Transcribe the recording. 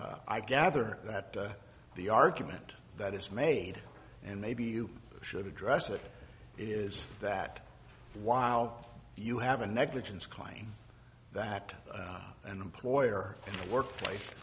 i gather that the argument that is made and maybe you should address it is that while you have a negligence claim that an employer in the workplace